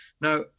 Now